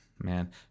man